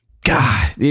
God